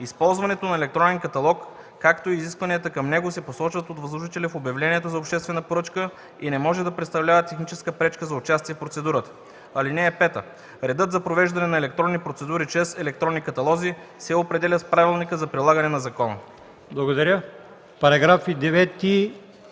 Използването на електронен каталог, както и изискванията към него се посочват от възложителя в обявлението за обществена поръчка и не може да представляват техническа пречка за участие в процедурата. (5) Редът за провеждане на електронни процедури чрез електронни каталози се определя с правилника за прилагане на закона.” ПРЕДСЕДАТЕЛ